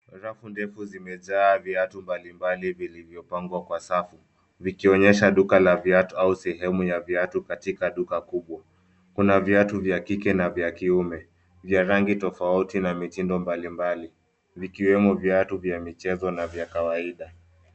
Rafu ndefu zimejaa viatu mbalimbali, vilivyopangwa kwa safu vikionyesha duka la viatu au sehemu ya viatu katika duka kubwa. Kuna viatu vya kike na vya kiume, vya rangi tofauti na mitindo mbalimbali vikiwemo viatu vya michezo na vya kawaida.